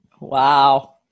Wow